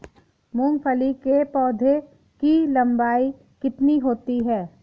मूंगफली के पौधे की लंबाई कितनी होती है?